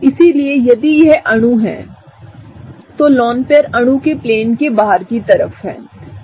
इसलिए यदि यह यहाँ अणु है तो लोन पेयर अणु के प्लेन के बाहर की तरफ होता है